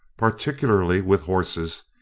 particularly with horses,